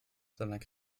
sondern